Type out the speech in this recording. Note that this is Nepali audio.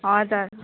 हजुर